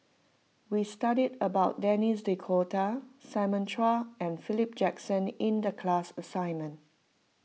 we studied about Denis D'Cotta Simon Chua and Philip Jackson in the class assignment